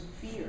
fear